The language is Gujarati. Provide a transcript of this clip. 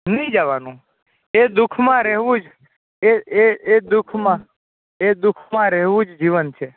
ભૂલી જવાનું એ દુખમાં રહેવા રહેવું એક દુઃખમાં દુઃખ મારું રહેવું જ જીવન છે